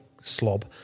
slob